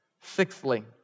Sixthly